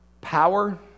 power